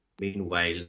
Meanwhile